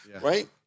Right